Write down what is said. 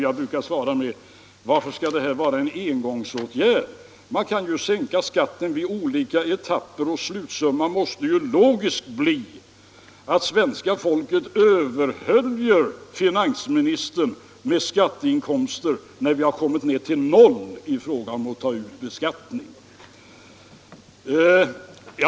Jag brukade svara: Varför skall detta vara en engångsåtgärd? Man kan ju sänka skatten i olika etapper, och slutsumman måste logiskt bli att svenska folket överhöljer finansministern med skatteinkomster när vi har kommit ned till noll i fråga om att ta ut beskattning.